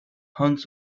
hans